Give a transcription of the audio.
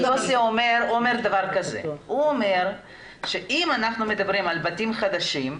יוסי אומר שאם אנחנו מדברים על בתים חדשים,